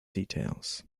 details